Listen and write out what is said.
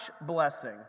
blessing